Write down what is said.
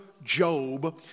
Job